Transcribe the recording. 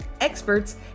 experts